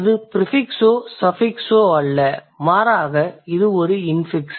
இது ப்ரிஃபிக்ஸோ சஃபிக்ஸோ அல்ல மாறாக இது ஒரு இன்ஃபிக்ஸ்